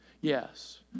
Yes